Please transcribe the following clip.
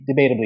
debatably